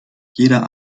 jeder